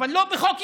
אבל לא בחוק-יסוד.